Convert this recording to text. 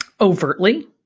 overtly